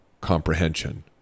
comprehension